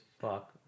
fuck